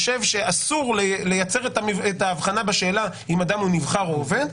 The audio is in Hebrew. שאסור לייצר את האבחנה בשאלה אם אדם הוא נבחר או עובד.